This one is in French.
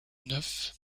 neuf